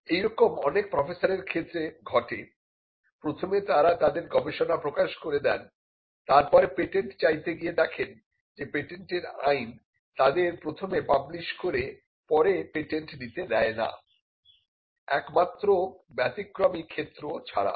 এই রকম অনেক প্রফেসরের ক্ষেত্রে ঘটে প্রথমে তারা তাদের গবেষণা প্রকাশ করে দেন তারপর পেটেন্ট চাইতে গিয়ে দেখেন যে পেটেন্টের আইন তাদের প্রথমে পাবলিশ করে পরে পেটেন্ট নিতে দেয় না একমাত্র ব্যতিক্রমী ক্ষেত্র ছাড়া